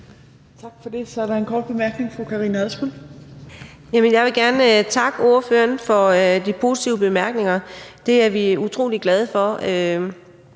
Tak for det. Så er der en kort bemærkning fra fru Karina Adsbøl. Kl. 17:52 Karina Adsbøl (DF): Jeg vil gerne takke ordføreren for de positive bemærkninger. Det er vi utrolig glade for.